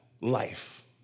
life